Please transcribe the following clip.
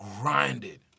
grinded